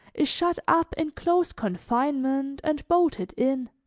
is shut up in close confinement and bolted in